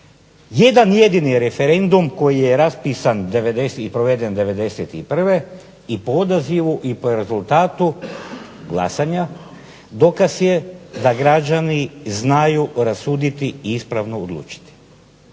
Jedan jedini referendum koji je raspisan '90. i proveden '91. i po odazivu i po rezultatu glasanja dokaz je da građani znaju rasuditi i ispravno odlučiti.